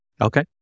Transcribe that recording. Okay